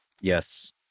Yes